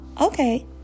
okay